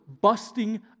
busting